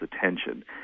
attention